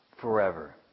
forever